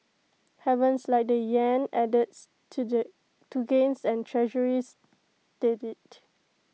havens like the Yen added to do to gains and Treasuries steadied